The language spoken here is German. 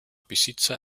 besitzer